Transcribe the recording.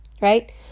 Right